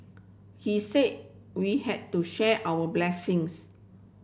he said we had to share our blessings